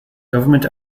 government